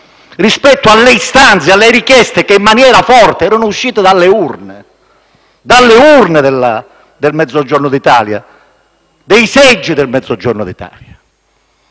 rispetto alle istanze e alle richieste che in maniera forte erano uscite dalle urne del Mezzogiorno d'Italia, dai seggi del Mezzogiorno d'Italia.